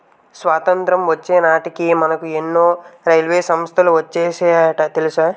స్వతంత్రం వచ్చే నాటికే మనకు ఎన్నో రైల్వే సంస్థలు వచ్చేసాయట తెలుసా